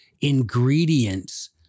ingredients